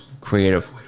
creative